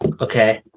Okay